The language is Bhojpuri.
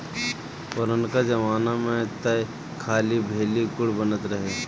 पुरनका जमाना में तअ खाली भेली, गुड़ बनत रहे